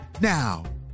now